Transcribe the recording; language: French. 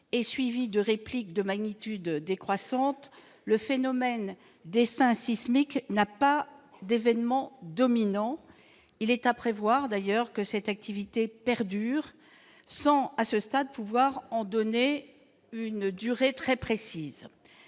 est suivi de répliques de magnitude décroissante, le phénomène d'« essaim sismique » n'a pas d'événement dominant. Il est d'ailleurs à prévoir que cette activité perdure sans, à ce stade, pouvoir en donner une durée très précise.